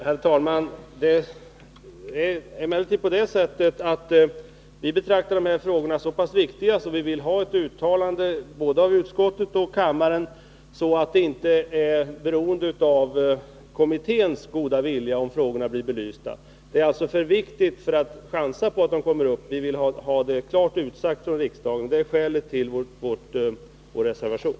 Herr talman! Vi betraktar emellertid de här frågorna som så pass viktiga att vi vill ha ett uttalande av både utskottet och kammaren, så att det inte är beroende av kommitténs goda vilja om frågorna blir belysta. Detta är för viktigt för att man skall chansa på att de kommer upp. Vi vill ha detta klart utsagt av riksdagen. Det är skälet till vår reservation.